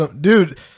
Dude